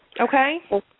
Okay